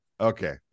Okay